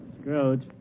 Scrooge